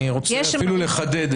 אני רוצה אפילו לחדד.